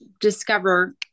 discover